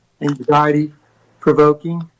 anxiety-provoking